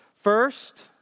First